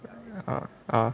uh uh